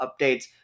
updates